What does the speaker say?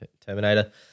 Terminator